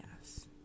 Yes